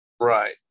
Right